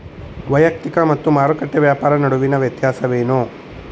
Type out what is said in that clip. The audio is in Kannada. ವೈಯಕ್ತಿಕ ಮತ್ತು ಮಾರುಕಟ್ಟೆ ವ್ಯಾಪಾರ ನಡುವಿನ ವ್ಯತ್ಯಾಸವೇನು?